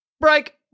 Break